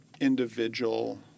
individual